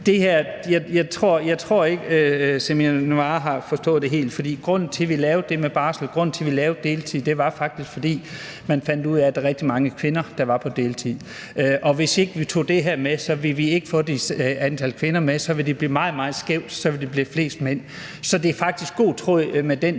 for grunden til, at vi lavede det med barsel, og grunden til, at vi lavede det med deltid, var faktisk, at man fandt ud af, at der var rigtig mange kvinder, der var på deltid, og hvis ikke vi tog det her med, ville vi ikke få det antal kvinder med – så ville det blive meget, meget skævt; så ville der komme flest mænd med. Så det ligger faktisk i god tråd med den